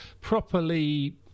properly